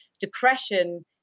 depression